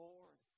Lord